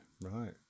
Right